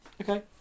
Okay